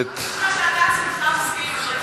זה לא נשמע שאתה עצמך מסכים עם הדברים האלה.